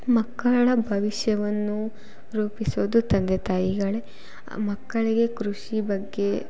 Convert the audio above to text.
ಮಕ್ಕಳ ಭವಿಷ್ಯವನ್ನು ರೂಪಿಸೋದು ತಂದೆ ತಾಯಿಗಳೇ ಮಕ್ಕಳಿಗೆ ಕೃಷಿ ಬಗ್ಗೆ